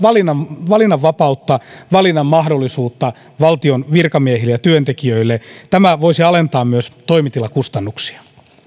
valinnanvapautta valinnanmahdollisuutta valtion virkamiehille ja työntekijöille tämä voisi alentaa myös toimitilakustannuksia